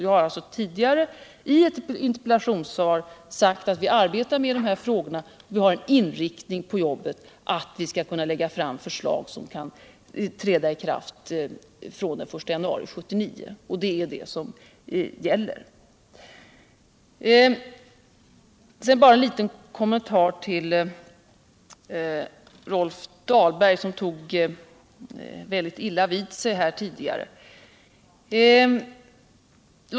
Jag har tidigare i ett interpellationssvar sagt att vi arbetar med den inriktningen att kunna lägga fram ett förslag som kan träda i kraft den 1 januari 1979, och det är vad som gäller. 110 Så en liten kommentar till Rolf Dahlberg, som tog väldigt illa vid sig tidigare.